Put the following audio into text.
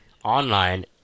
online